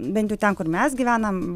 bent jau ten kur mes gyvenam